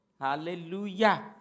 Hallelujah